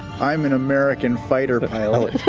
i'm an american fighter pilot.